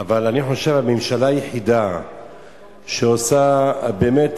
אבל אני חושב שהממשלה היחידה שעושה באמת,